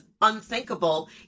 unthinkable